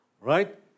Right